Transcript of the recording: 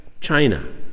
China